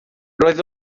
roedd